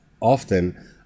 often